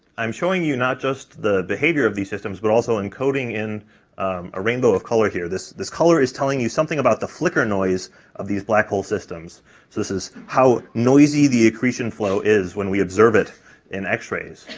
i'm showing you not just the behavior of these systems, but also encoding in a rainbow of color here. this, this color is telling you something about the flicker noise of these black hole systems so this is how noisy the accretion flow is when we observe it in x-rays.